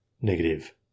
Negative